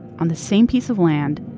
on the same piece of land,